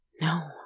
No